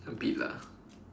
a bit lah